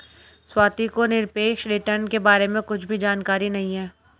स्वाति को निरपेक्ष रिटर्न के बारे में कुछ भी जानकारी नहीं है